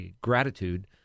gratitude